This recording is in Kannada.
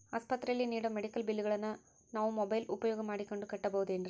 ಆಸ್ಪತ್ರೆಯಲ್ಲಿ ನೇಡೋ ಮೆಡಿಕಲ್ ಬಿಲ್ಲುಗಳನ್ನು ನಾವು ಮೋಬ್ಯೆಲ್ ಉಪಯೋಗ ಮಾಡಿಕೊಂಡು ಕಟ್ಟಬಹುದೇನ್ರಿ?